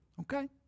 Okay